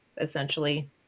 essentially